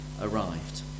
arrived